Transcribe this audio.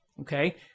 Okay